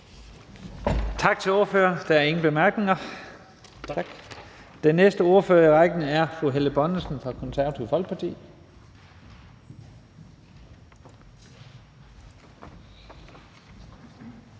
Tak til ordføreren. Der er ingen bemærkninger. Den næste ordfører i rækken er fru Helle Bonnesen fra Det Konservative Folkeparti.